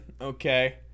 Okay